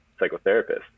psychotherapist